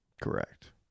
Correct